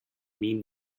mean